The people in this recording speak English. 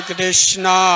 Krishna